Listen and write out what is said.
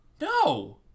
No